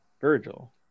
Virgil